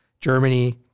Germany